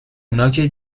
اوناکه